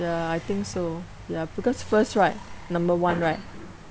ya I think so ya because first right number one right